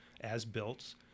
as-built